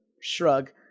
shrug